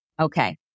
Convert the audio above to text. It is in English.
Okay